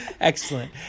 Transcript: Excellent